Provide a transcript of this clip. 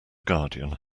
guardian